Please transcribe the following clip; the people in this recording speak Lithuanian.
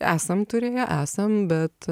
esam turėję esam bet